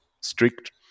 strict